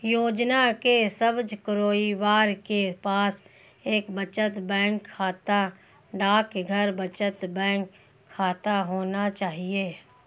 योजना के सब्सक्राइबर के पास एक बचत बैंक खाता, डाकघर बचत बैंक खाता होना चाहिए